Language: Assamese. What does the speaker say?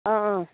অঁ অঁ